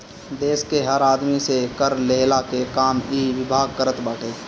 देस के हर आदमी से कर लेहला के काम इ विभाग करत बाटे